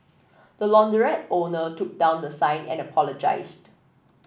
the launderette owner took down the sign and apologised